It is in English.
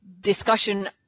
discussion